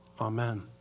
Amen